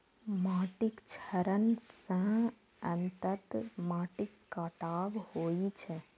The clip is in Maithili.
माटिक क्षरण सं अंततः माटिक कटाव होइ छै